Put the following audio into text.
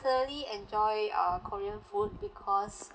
personally enjoy uh korean food because